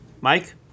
Mike